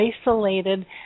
isolated